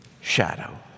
shadow